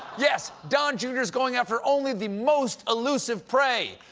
yes, don jr s going after only the most-elusive prey.